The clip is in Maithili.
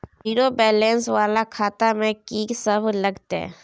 जीरो बैलेंस वाला खाता में की सब लगतै?